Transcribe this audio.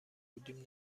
بودیم